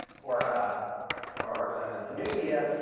or ah or representative of the news media,